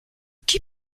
qui